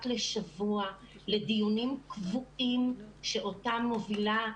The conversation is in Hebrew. לשבוע לדיונים קבועים שאותם מובילה אינה,